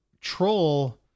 Troll